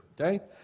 okay